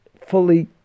fully